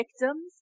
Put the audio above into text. victims